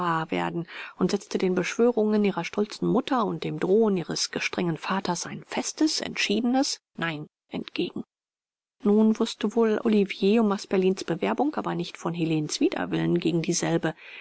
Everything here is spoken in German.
werden und setzte den beschwörungen ihrer stolzen mutter und dem drohen ihres gestrengen vaters ein festes entschiedenes nein entgegen nun wußte wohl olivier um asperlins bewerbung aber nicht von helenens widerwillen gegen dieselbe